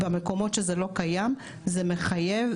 במקומות שזה לא קיים זה מחייב.